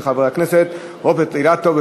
של חבר הכנסת רוברט אילטוב.